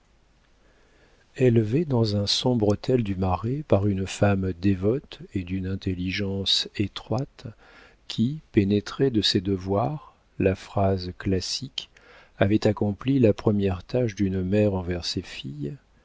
élevées dans un sombre hôtel du marais par une femme dévote et d'une intelligence étroite qui pénétrée de ses devoirs la phrase classique avait accompli la première tâche d'une mère envers ses filles